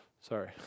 Sorry